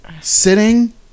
sitting